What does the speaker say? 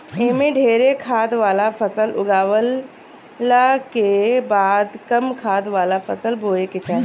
एमे ढेरे खाद वाला फसल उगावला के बाद कम खाद वाला फसल बोए के चाही